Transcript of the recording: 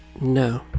No